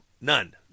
none